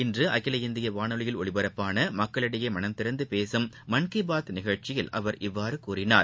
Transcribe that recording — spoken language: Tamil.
இன்றுஅகில இந்தியவானொலியில் ஒலிபரப்பானமக்களிடையேமனம் திறந்துபேசும் மன் ஃ பாத் நிகழ்ச்சியில் அவர் இவ்வாறுகூறினார்